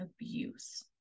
abuse